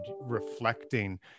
reflecting